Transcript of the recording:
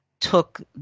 took